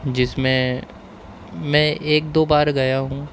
جس میں میں ایک دو بار گیا ہوں